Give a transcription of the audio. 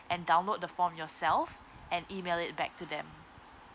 and download the form yourself and email it back to them